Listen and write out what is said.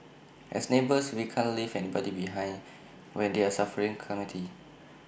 as neighbours we can't leave anybody behind when they're suffering A calamity